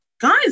guys